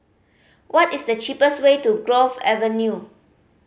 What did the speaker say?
what is the cheapest way to Grove Avenue